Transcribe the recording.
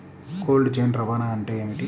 Cold chain రవాణా అంటే ఏమిటీ?